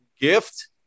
Gift